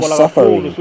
suffering